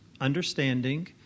understanding